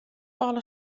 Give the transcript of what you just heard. alle